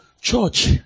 Church